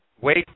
wait